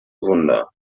wunder